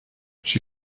she